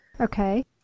Okay